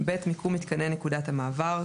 מיקום מיתקני נקודת המעבר,